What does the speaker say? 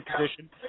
position